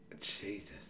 Jesus